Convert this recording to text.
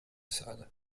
sana